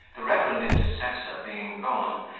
the reverend intercessor being gone,